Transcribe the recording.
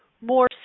more